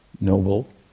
Noble